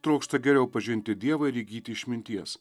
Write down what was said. trokšta geriau pažinti dievą ir įgyti išminties